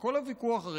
שכל הוויכוח,